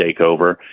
takeover